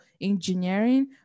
engineering